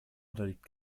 unterliegt